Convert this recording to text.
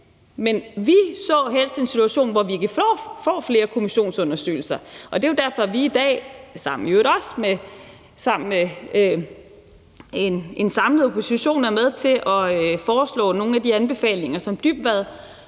men vi så helst en situation, hvor man ikke får flere kommissionsundersøgelser. Og det er jo derfor, at vi i dag, i øvrigt også sammen med en samlet opposition, er med til at foreslå nogle af de anbefalinger, som Dybvadudvalget